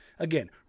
Again